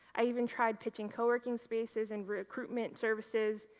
i even tried pitching co-working spaces and recruitment services,